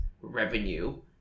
revenue